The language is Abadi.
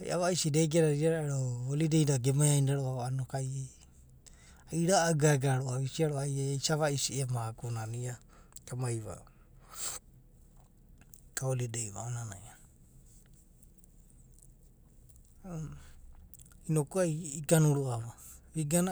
Ai a’a vaisi da ege dada ia da ero holiday da gemai ainida roa’va inoku ai ira’a gaga roa’va. ai isia roa’va ai isa vaisi ema ago nana ai emaive ka holiday va aonanai. Inoku ai igana roa’va vigana